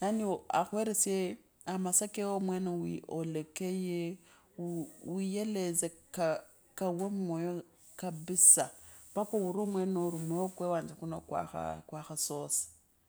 yaani akhweresye amasaakewe omwene olekeye, uu uideze kama kawe mmoyo kabisa, mpaka uwe omwene ori moyo lwewanje kuno kwakha aah kwakha sosa. Eling'ang'ule lakini hosea difwira nande omukhasi onwa neshichira nyasaye yapi alamu alamulombanga kumweresya aleani kokhukhola ekasi yewauwe hasa sysi nenyanga mundu ulinende lifwira nnyase, yani ata ninakhola sichira sikulifwasi khuveree osi sikhuli